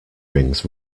rings